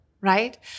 right